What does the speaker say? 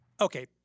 Okay